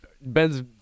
Ben's